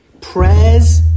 Prayers